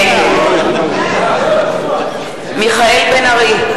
נגד מיכאל בן-ארי,